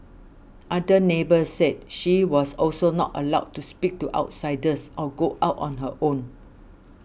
other neighbours said she was also not allowed to speak to outsiders or go out on her own